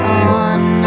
on